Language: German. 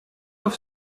auf